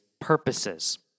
purposes